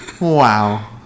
Wow